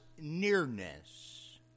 nearness